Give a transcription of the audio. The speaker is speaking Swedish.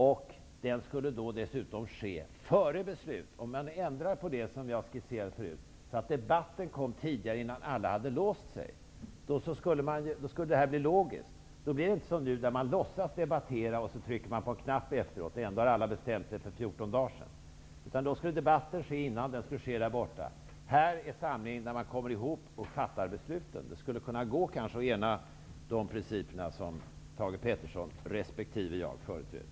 Debatten skulle dessutom ske före beslut så att debatten kom innan alla hade låst sig. På så sätt skulle detta bli logiskt, och inte som nu att man låtsas debattera och sedan trycker på en knapp, trots att alla har bestämt sig för fjorton dagar sedan. Det här är samlingspunkten där man fattar besluten. Det skulle kanske gå att ena de principer som Thage G. Peterson resp. jag företräder.